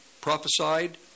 prophesied